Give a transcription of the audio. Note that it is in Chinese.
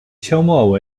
清末